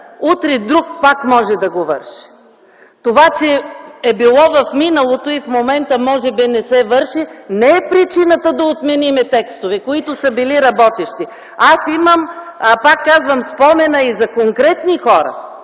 утре пак може друг да го върши. Това, че е било в миналото и в момента може би не се върши, не е причината да отменим текстове, които са били работещи. Аз имам, пак казвам, спомена и за конкретни хора